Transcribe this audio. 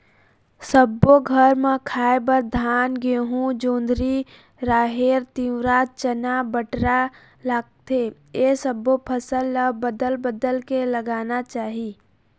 सब्बो घर म खाए बर धान, गहूँ, जोंधरी, राहेर, तिंवरा, चना, बटरा लागथे ए सब्बो फसल ल बदल बदल के लगाना चाही